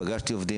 פגשתי עובדים,